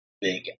big